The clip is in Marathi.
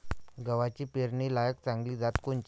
गव्हाची पेरनीलायक चांगली जात कोनची?